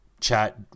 chat